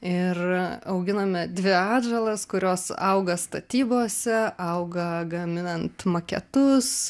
ir auginame dvi atžalas kurios auga statybose auga gaminant maketus